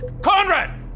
Conrad